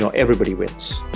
so everybody wins.